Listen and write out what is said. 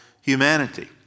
humanity